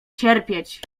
cierpieć